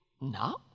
no